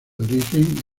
origen